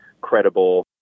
credible